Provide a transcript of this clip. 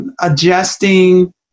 adjusting